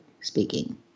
speaking